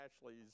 ashley's